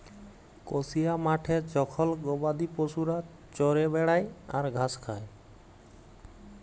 কসিয়া মাঠে জখল গবাদি পশুরা চরে বেড়ায় আর ঘাস খায়